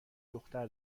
دختر